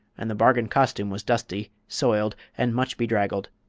and the bargain costume was dusty, soiled and much bedraggled.